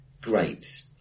great